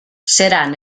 seran